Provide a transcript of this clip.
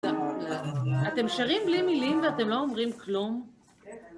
אתם שרים בלי מילים, ואתם לא אומרים כלום? כן, האמת...